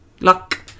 luck